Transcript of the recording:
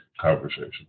conversation